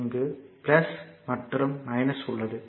இங்கு மற்றும் உள்ளது